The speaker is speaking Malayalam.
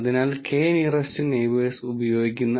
ഇതിനു കീഴിൽ ലസ്സോ ഇലാസ്റ്റിക് നെറ്റ് പോലുള്ളവ നിങ്ങൾക്ക് പഠിക്കാം